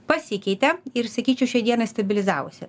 pasikeitė ir sakyčiau šiai dienai stabilizavosi